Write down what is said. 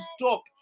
stop